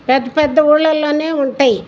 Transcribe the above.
పెద్ద పెద్ద ఊళ్లల్లోనే ఉంటాయి